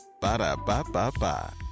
Ba-da-ba-ba-ba